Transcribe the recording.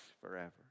forever